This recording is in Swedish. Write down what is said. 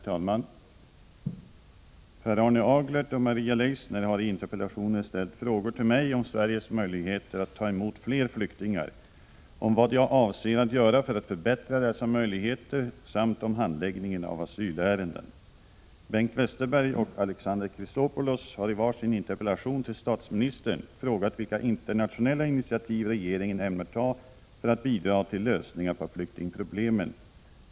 Herr talman! Per Arne Aglert och Maria Leissner har i interpellationer ställt frågor till mig om Sveriges möjligheter att ta emot fler flyktingar, om vad jag avser att göra för att förbättra dessas möjligheter samt om handläggningen av asylärenden. Bengt Westerberg och Alexander Chrisopoulos har i var sin interpellation till statsministern frågat vilka internationella initiativ regeringen ämnar ta för att bidra till lösningar på flyktingproblemen.